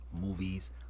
movies